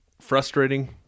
frustrating